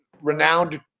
renowned